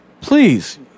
please